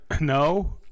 no